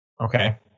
Okay